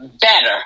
better